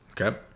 Okay